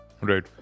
Right